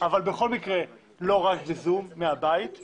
אבל בכל מקרה לא רק ב-זום מהבית,